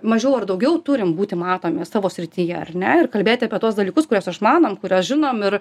mažiau ar daugiau turim būti matomi savo srityje ar ne ir kalbėti apie tuos dalykus kuriuos išmanom kuriuos žinom ir